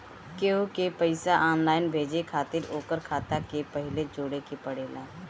केहू के पईसा ऑनलाइन भेजे खातिर ओकर खाता के पहिले जोड़े के पड़ेला